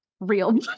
real